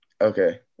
Okay